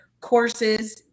courses